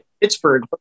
Pittsburgh